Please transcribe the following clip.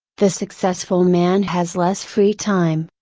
the successful man has less free time,